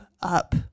up